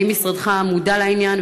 האם משרדך מודע לעניין,